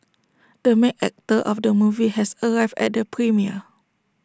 the main actor of the movie has arrived at the premiere